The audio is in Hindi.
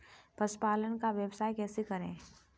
पशुपालन का व्यवसाय कैसे करें?